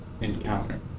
encounter